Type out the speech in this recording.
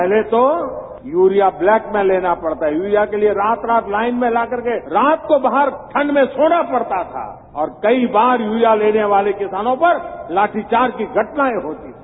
पहले तो urea black में लेना पड़ता था यूरिया के लिए रात रात लाइन में लग करके रात को बाहर ठंड में सोना पड़ता था और कई बार यूरिया लेने वाले किसानों पर लाठीचार्ज की घटनाएं होती थीं